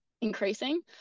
increasing